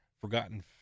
forgotten